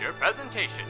presentation